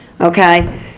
okay